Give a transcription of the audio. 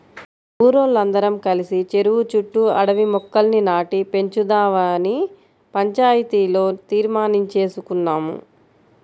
మా ఊరోల్లందరం కలిసి చెరువు చుట్టూ అడవి మొక్కల్ని నాటి పెంచుదావని పంచాయతీలో తీర్మానించేసుకున్నాం